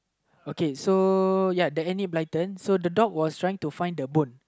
okay so ya the Enid-Blyton so the dog was trying to find the bone